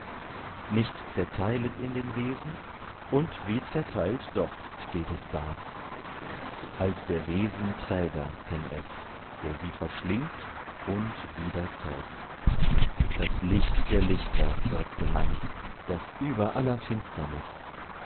nicht zerteilet in den wesen und wie zerteilt doch steht es da als der wesen träger kenn es der sie verschlingt und wieder zeugt das licht der lichter wird's genannt das über aller finsternis